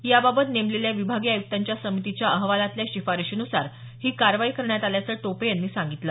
याबाबत नेमलेल्या विभागीय आयुक्तांच्या समितीच्या अहवालातल्या शिफारशीनुसार ही कारवाई करण्यात आल्याचं टोपे यांनी सांगितलं